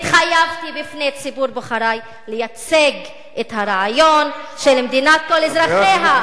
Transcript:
התחייבתי בפני ציבור בוחרי לייצג את הרעיון של מדינת כל אזרחיה.